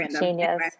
Genius